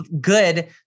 good